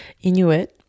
inuit